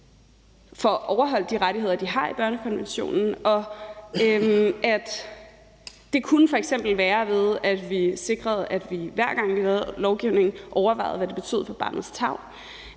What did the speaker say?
børnekonventionen, i højere grad bliver overholdt. Det kunne f.eks. være ved, at vi sikrede, at vi, hver gang vi laver lovgivning, overvejede, hvad det betød for barnets tarv.